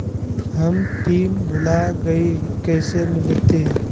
हम पिन भूला गई, कैसे मिलते?